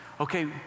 okay